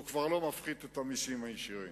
הוא כבר לא מפחית את המסים הישירים,